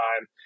time